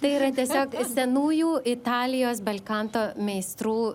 tai yra tiesiog senųjų italijos belkanto meistrų